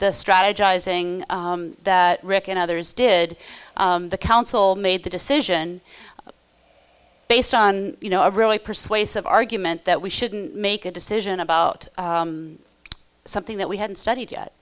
the strategizing that rick and others did the council made the decision based on you know a really persuasive argument that we shouldn't make a decision about something that we hadn't studied yet